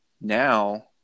now